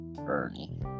Ernie